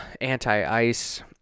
anti-ice